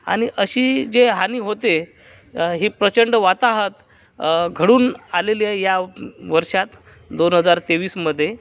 आणि अशी जे हानी होते हे प्रचंड वाताहत घडून आलेल्या या वर्षात दोन हजार तेवीसमध्ये